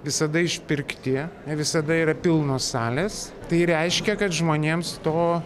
visada išpirkti ne visada yra pilnos salės tai reiškia kad žmonėms to